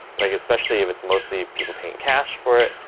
like especially if it's mostly people paying cash for it.